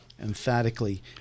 emphatically